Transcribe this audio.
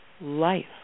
life